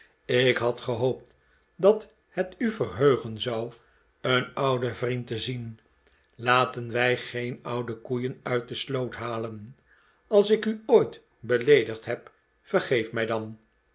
ik had gehoopt dat het u verheugen zou een ouden vriend te zien laten wij geen oude koeien uit de sloot halen als ik u ooit beleedigd heb vergeef mij dan